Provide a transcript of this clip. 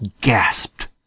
gasped